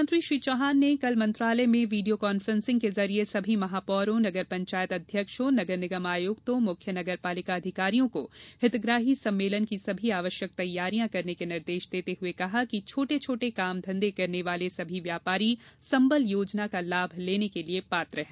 मुख्यमंत्री श्री चौहान ने कल मंत्रालय में वीडियो कान्फ्रेंसिंग के जरिए सभी महापौरों नगर पंचायत अध्यक्षों नगर निगम आयुक्तों मुख्य नगर पालिका अधिकारियों को हितग्राही सम्मेलन की सभी आवश्यक तैयारियां करने के निर्देश देते हुए कहा कि छोटे छोटे काम धंधे करने वाले सभी व्यापारी संबल योजना का लाभ लेने के लिये पात्र हैं